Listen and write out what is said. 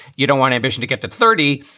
you don't want ambition to get to thirty,